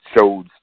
shows